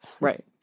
right